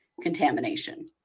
contamination